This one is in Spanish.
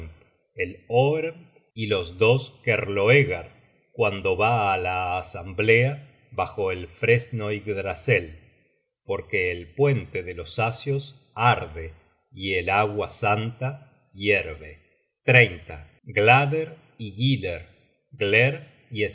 el oermt y los dos kerloegar cuando va á la asamblea bajo el fresno iggdrasel porque el puente de los asios arde y el agua santa hierve glader y gyler